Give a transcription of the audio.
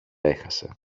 έχασε